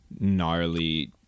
gnarly